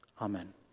Amen